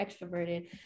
extroverted